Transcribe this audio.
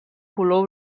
color